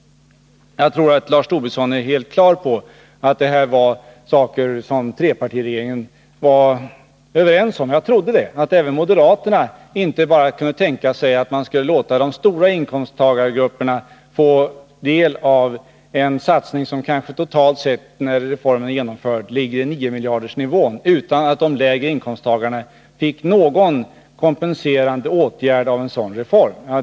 Jag tror att Lars Tobisson är helt på det klara med att trepartiregeringen var överens om dessa saker. Jag trodde att inte heller moderaterna kunde tänka sig att man bara skulle favorisera höginkomsttagargrupperna med marginalskattesänkningar på ca 9 miljarder utan att de lägre inkomsttagarna fick del av någon kompenserande åtgärd.